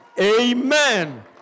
Amen